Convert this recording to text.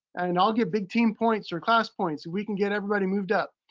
and i'll give big team points or class points and we can get everybody moved up.